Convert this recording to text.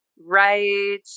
right